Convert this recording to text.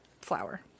flour